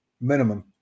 minimum